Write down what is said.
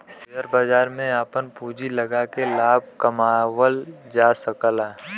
share बाजार में आपन पूँजी लगाके लाभ कमावल जा सकला